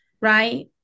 right